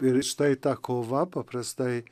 ir štai ta kova paprastai